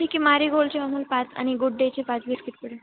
ठीक आहे मारीगोल्डची पाच आणि गुड डेची पाच बिस्किट पुडे